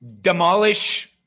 demolish